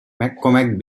mccormack